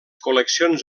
col·leccions